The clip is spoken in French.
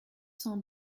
sont